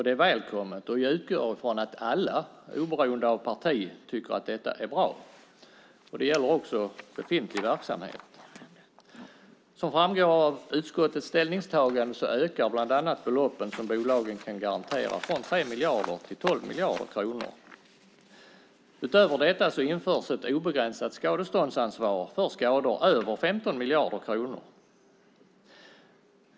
Det är välkommet, och jag utgår från att alla oberoende av parti tycker att detta är bra. Det gäller även befintlig verksamhet. Som framgår av utskottets ställningstagande ökar bland annat beloppen som bolagen ska garantera från 3 miljarder kronor till 12 miljarder kronor. Utöver detta införs ett obegränsat skadeståndsansvar för skador över 15 miljarder kronor.